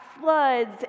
floods